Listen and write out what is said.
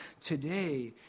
today